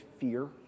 fear